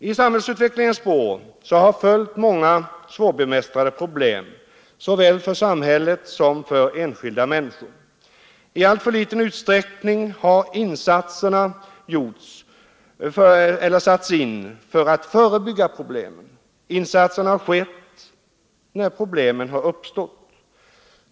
I samhällsutvecklingens spår har följt många svårbemästrade problem — såväl för samhället som för enskilda människor. I alltför liten utsträckning har insatserna gjorts för att förebygga problemen — insatserna har gjorts när problemen uppstått.